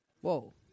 Whoa